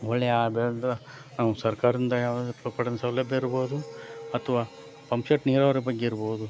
ಒಳ್ಳೆಯ ಆದಾಯದ ನಾವು ಸರ್ಕಾರದಿಂದ ಯಾವುದೇ ರೀತಿಯ ಪಡೆದ ಸೌಲಭ್ಯ ಇರ್ಬೋದು ಅಥವಾ ಪಂಪ್ ಸೆಟ್ ನೀರಾವರಿ ಬಗ್ಗೆ ಇರ್ಬೋದು